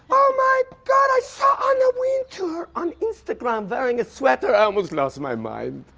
oh my god, i saw anna wintour on instagram wearing a sweater. i almost lost my mind.